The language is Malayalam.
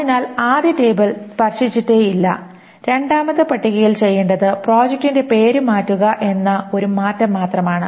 അതിനാൽ ആദ്യ ടേബിൾ സ്പർശിച്ചിട്ടേയില്ല രണ്ടാമത്തെ പട്ടികയിൽ ചെയ്യേണ്ടത് പ്രോജക്റ്റിന്റെ പേര് മാറ്റുക എന്ന ഒരു മാറ്റം മാത്രമാണ്